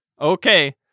Okay